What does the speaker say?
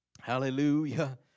Hallelujah